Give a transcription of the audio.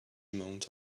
amount